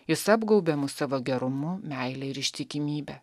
jis apgaubia mus savo gerumu meile ir ištikimybe